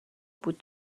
بود